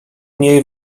niej